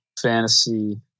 fantasy